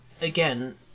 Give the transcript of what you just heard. again